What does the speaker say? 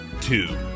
two